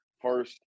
First